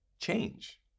change